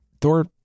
Thor